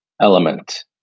element